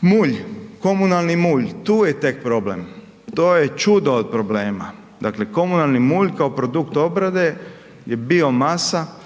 Mulj, komunalni mulj tu je tek problem, to je čudo od problema. Dakle, komunalni mulj kao produkt obrade je biomasa